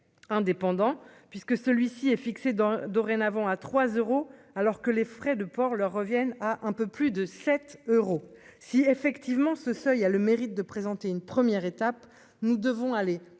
indépendants, puisque celui-ci est fixé dans dorénavant à trois euros alors que les frais de port leur revienne à un peu plus de 7 euros si effectivement ce seuil a le mérite de présenter une première étape, nous devons aller